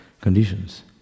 conditions